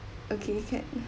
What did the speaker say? okay can